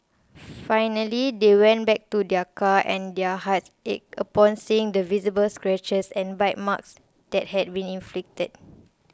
finally they went back to their car and their hearts ached upon seeing the visible scratches and bite marks that had been inflicted